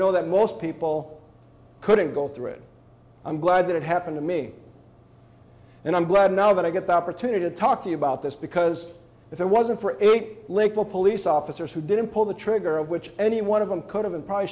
know that most people couldn't go through it i'm glad that it happened to me and i'm glad now that i get the opportunity to talk to you about this because if it wasn't for eight little police officers who didn't pull the trigger of which any one of them could have and probably